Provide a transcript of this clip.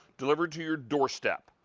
delivered to your doorstep.